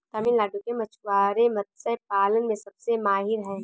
तमिलनाडु के मछुआरे मत्स्य पालन में सबसे माहिर हैं